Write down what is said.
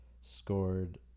scored